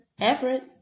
Everett